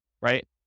right